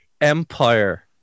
Empire